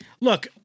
Look